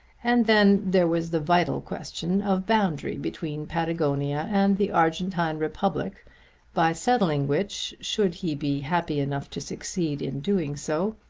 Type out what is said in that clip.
and then there was the vital question of boundary between patagonia and the argentine republic by settling which, should he be happy enough to succeed in doing so,